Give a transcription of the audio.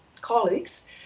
colleagues